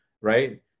right